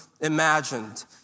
imagined